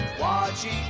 watching